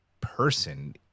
person